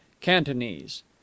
cantonese